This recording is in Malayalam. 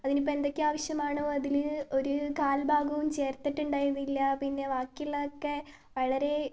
അതിനിപ്പോൾ എന്തൊക്കെ ആവശ്യമാണോ അതിൽ ഒരു കാൽ ഭാഗവും ചേർത്തിട്ടുണ്ടായിരുന്നില്ല പിന്നെ ബാക്കിയുള്ളതൊക്കെ വളരേ